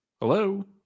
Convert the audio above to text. hello